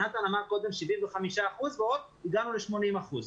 נתן אמר קודם 75% והופ הגענו ל-80%.